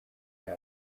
yabo